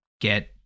get